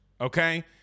okay